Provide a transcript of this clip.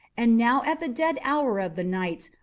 and now at the dead hour of the night,